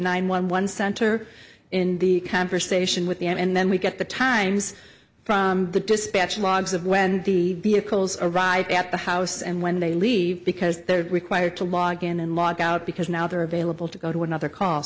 nine one one center in the conversation with the and then we get the times from the dispatch logs of when the vehicles arrive at the house and when they leave because they're required to log in and log out because now they're available to go to another call